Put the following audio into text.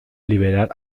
liberar